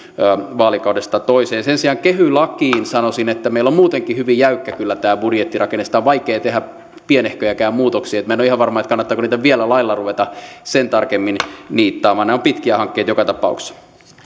vaalikaudesta toiseen sen sijaan kehy lakiin sanoisin että meillä on muutenkin hyvin jäykkä kyllä tämä budjettirakenne siihen on vaikea tehdä pienehköjäkään muutoksia minä en ole ihan varma kannattaako niitä vielä lailla ruveta sen tarkemmin niittaamaan nämä ovat pitkiä hankkeita joka tapauksessa